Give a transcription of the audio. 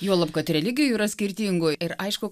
juolab kad religijų yra skirtingų ir aišku